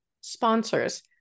Sponsors